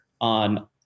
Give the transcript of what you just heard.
on